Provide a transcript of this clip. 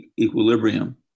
equilibrium